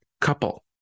couple